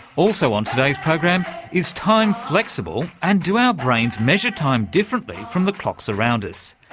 also on today's program, is time flexible and do our brains measure time differently from the clocks around us?